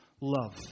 love